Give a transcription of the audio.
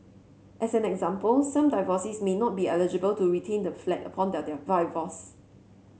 as an example some divorcees may not be eligible to retain the flat upon